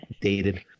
Dated